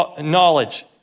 knowledge